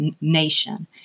nation